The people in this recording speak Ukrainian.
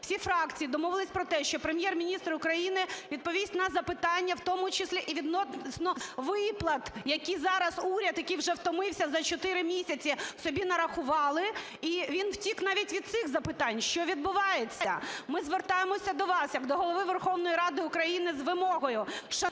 всі фракції домовились про те, що Прем'єр-міністр України відповість на запитання, в тому числі і відносно виплат, які зараз, уряд, який вже втомився за чотири місяці, собі нарахували, і він втік навіть від цих запитань. Що відбувається? Ми звертаємося до вас як до Голови Верховної Ради України з вимогою